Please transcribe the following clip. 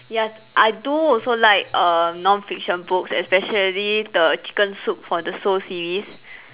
ya I do also like err non fiction books especially the chicken soup for the soul series